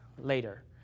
later